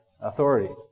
authority